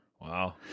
Wow